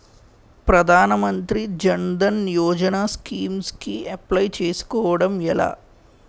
ప్రధాన మంత్రి జన్ ధన్ యోజన స్కీమ్స్ కి అప్లయ్ చేసుకోవడం ఎలా?